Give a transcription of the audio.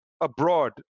abroad